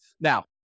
Now